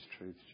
truth